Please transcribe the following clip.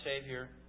Savior